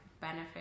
benefit